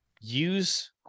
use